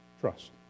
Trust